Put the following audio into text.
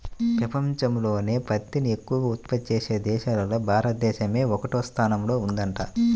పెపంచంలోనే పత్తిని ఎక్కవగా ఉత్పత్తి చేసే దేశాల్లో భారతదేశమే ఒకటవ స్థానంలో ఉందంట